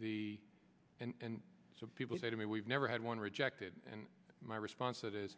the and so people say to me we've never had one rejected and my response that is